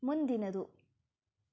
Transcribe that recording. ಮುಂದಿನದು